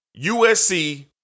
USC